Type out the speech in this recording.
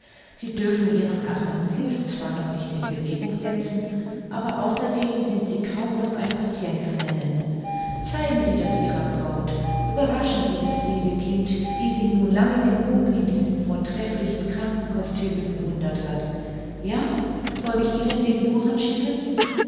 sie dürfen ihren armen fuß zwar noch nicht in bewegung setzen aber außerdem sind sie kaum noch ein patient zu nennen zeigen sie das ihrer braut überraschen sie das liebe kind die sie nun lange genug in diesem vortrefflichem krankenkostüme bewundert hat ja soll ich ihnen den johann schicken